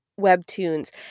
webtoons